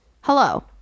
Hello